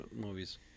movies